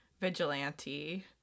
vigilante